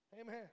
Amen